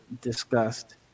discussed